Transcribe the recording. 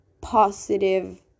positive